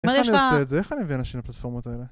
איך אני אעשה את זה? איך אני מביא אנשים לפלטפורמות האלה?